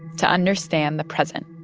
to understand the present